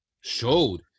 showed